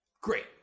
Great